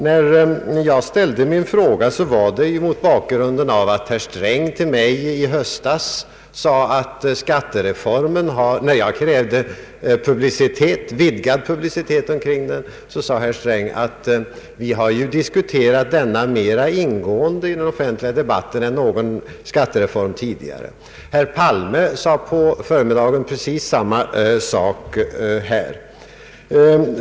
När jag ställde min fråga var det mot bakgrunden av att herr Sträng i höstas, när jag krävde vidgad publicitet kring skattereformen, sade att man diskuterat denna reform mera ingående i den offentliga debatten än någon skattereform tidigare. Herr Palme sade precis samma sak i Statsverkspropositionen m.m. förmiddags.